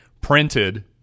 printed